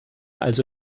also